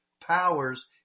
powers